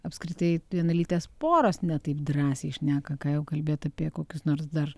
apskritai vienalytės poros ne taip drąsiai šneka ką jau kalbėt apie kokius nors dar